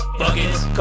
buckets